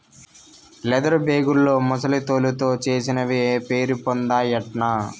leather బేగుల్లో ముసలి తోలుతో చేసినవే పేరుపొందాయటన్నా